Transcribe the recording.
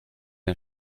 den